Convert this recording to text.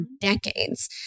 decades